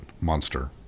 monster